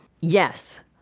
Yes